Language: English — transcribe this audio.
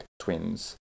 twins